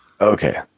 okay